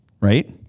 Right